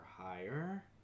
higher